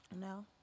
No